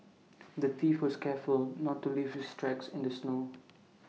the thief was careful not to leave his tracks in the snow